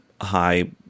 high